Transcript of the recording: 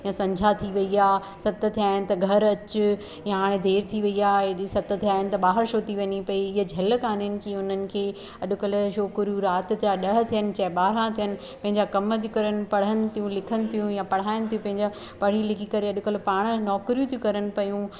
या संझा थी वई आहे सत थिया आहिनि त घर अच या हाणे देरि थी वई आहे एडी सत थिया आहिनि त बाहिरि छोती वञे पई ईअ झल कोन्हनि की हुननि खे अॼुकल्ह छोकिरियूं राति जा ॾह थियनि चाहे ॿारह थियनि पंहिंजा कम थी करण पढ़नि थियूं लिखन थियूं या पढ़ायनि थी पियूं या पढ़ी लिखी करे अॼकल्ह पाण नौकरियूं थियूं करण पियूं